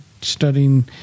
studying